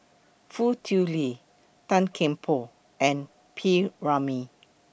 Foo Tui Liew Tan Kian Por and P Ramlee